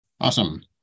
Awesome